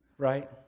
right